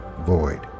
void